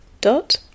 dot